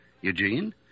Eugene